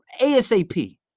ASAP